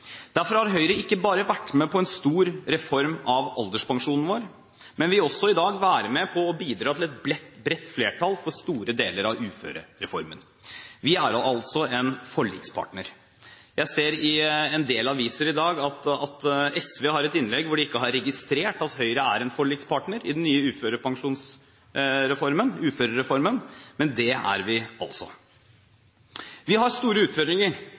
Derfor har Høyre ikke bare vært med på en stor reform av alderspensjonen vår, men vil også i dag være med på å bidra til et bredt flertall for store deler av uførereformen. Vi er altså en forlikspartner. Jeg ser i en del aviser i dag at SV har innlegg som viser at de ikke har registrert at Høyre er en forlikspartner i den nye uførereformen, men det er vi altså. Vi har store utfordringer.